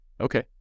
Okay